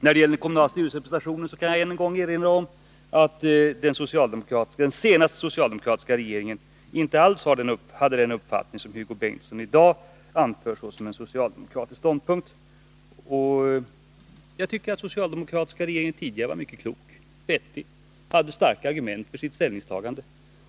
När det gäller den kommunala styrelserepresentationen kan jag än en gång erinra om att den senaste socialdemokratiska regeringen inte alls hade den uppfattning som Hugo Bengtsson anför såsom en socialdemokratisk ståndpunkt. Jag tycker att den socialdemokratiska regeringen då var mycket klok. Den hade starka argument för sitt ställningstagande.